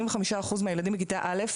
שילדי כיתה א',